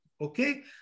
Okay